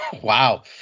Wow